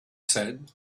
said